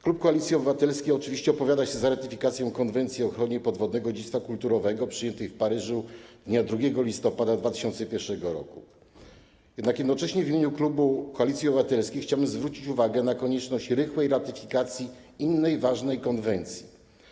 Klub Koalicji Obywatelskiej oczywiście opowiada się za ratyfikacją Konwencji o ochronie podwodnego dziedzictwa kulturowego, przyjętej w Paryżu dnia 2 listopada 2001 r., jednak jednocześnie w imieniu klubu Koalicji Obywatelskiej chciałbym zwrócić uwagę na konieczność rychłej ratyfikacji innej ważnej konwencji.